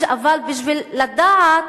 אבל בשביל לדעת,